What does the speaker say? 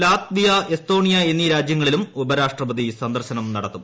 Latvia Estonia എന്നീ രാജ്യങ്ങളിലും ഉപരാഷ്ട്രപതി സന്ദർശനം നടത്തും